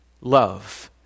love